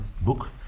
book